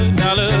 dollar